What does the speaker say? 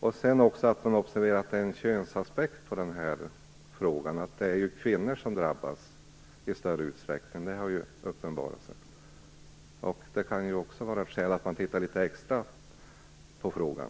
Man måste också observera att det finns en könsaspekt på den här frågan. Det är ju kvinnor som drabbas i större utsträckning, det är uppenbart. Det kan också bidra till att det finns skäl att titta litet extra på frågan.